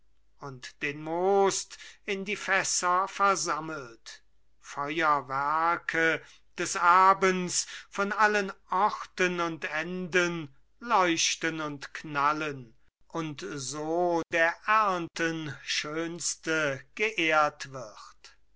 und den most in die fässer versammelt feuerwerke des abends von allen orten und enden leuchten und knallen und so der ernten schönste geehrt wird